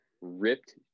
ripped